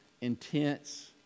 intense